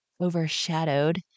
overshadowed